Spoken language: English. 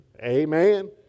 Amen